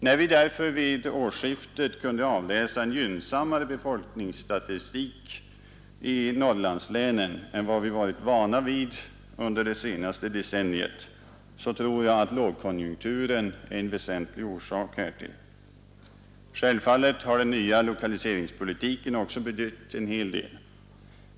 När vi vid årsskiftet kunde avläsa en gynnsammare befolkningsstatistik i Norrlandslänen än vad vi varit vana vid under de senaste decenniet, tror jag därför att lågkonjunkturen är en väsentlig orsak härtill. Självfallet har den nya lokaliseringspolitiken också betytt en del.